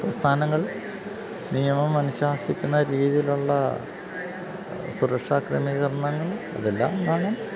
പ്രസ്ഥാനങ്ങൾ നിയമമനുശാസിക്കുന്ന രീതിയിലുള്ള സുരക്ഷാക്രമീകരണങ്ങൾ അതെല്ലാം വേണം